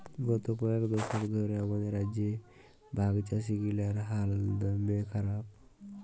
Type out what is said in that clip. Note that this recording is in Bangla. গত কয়েক দশক ধ্যরে আমাদের রাজ্যে ভাগচাষীগিলার হাল দম্যে খারাপ